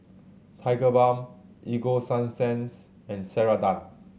Tigerbalm Ego Sunsense and Ceradan